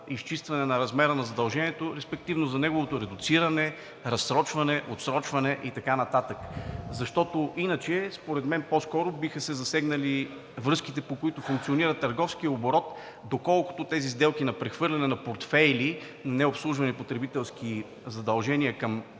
изчистване на размера на задължението и респективно за неговото редуциране, разсрочване, отсрочване и така нататък. Според мен по-скоро биха се засегнали връзките, по които функционира търговският оборот, доколко тези сделки на прехвърляне на портфейли, необслужвани потребителски задължения към